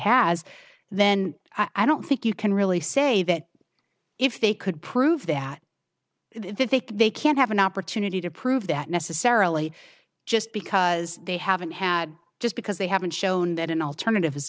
has then i don't think you can really say that if they could prove that they can't have an opportunity to prove that necessarily just because they haven't had just because they haven't shown that an alternative is